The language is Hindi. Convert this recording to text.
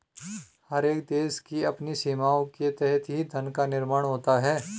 हर एक देश की अपनी सीमाओं के तहत ही धन का निर्माण होता है